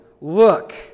Look